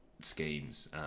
schemes